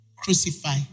crucify